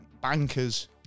bankers